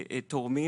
התורמים